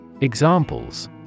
Examples